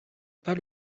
pas